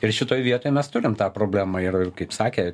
ir šitoj vietoj mes turim tą problemą ir kaip sakė